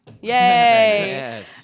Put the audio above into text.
Yay